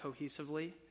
cohesively